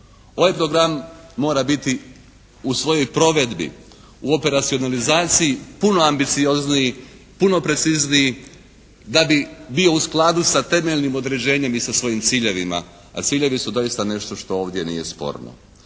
Ovaj program mora biti u svojoj provedbi, u operacijalizaciji puno ambiciozniji, puno precizniji da bi bio u skladu s temeljnim određenjem i sa svojim ciljevima. A ciljevi su doista nešto što ovdje nije sporno.